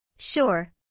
Sure